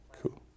cool